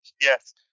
Yes